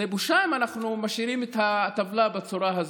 זו בושה אם אנחנו משאירים את הטבלה בצורה הזאת.